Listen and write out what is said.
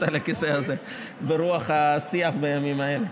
על הכיסא הזה ברוח השיח בימים האלה.